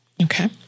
Okay